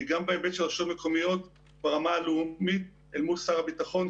גם בהיבט של הרשויות המקומיות ברמה הלאומית אל מול שר הביטחון,